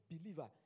believer